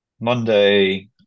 Monday